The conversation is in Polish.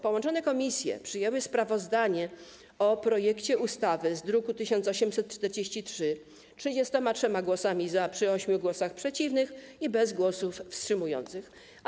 Połączone komisje przyjęły sprawozdanie o projekcie ustawy z druku nr 1843 33 głosami za, przy 8 głosach przeciwnych i bez głosów wstrzymujących się.